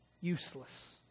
useless